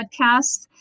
podcasts